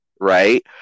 Right